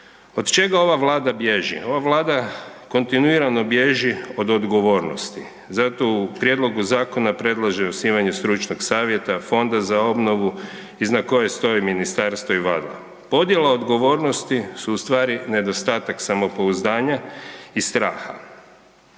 Od čega ova vlada bježi? Ova vlada kontinuirano bježi od odgovornosti. Zato u prijedlogu zakona predlaže osnivanje stručnog savjeta, Fonda za obnovu iza kojeg stoje ministarstva i …/Govornik se ne razumije/…. Podjela odgovornosti su u stvari nedostatak samopouzdanja i straha.